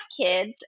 kids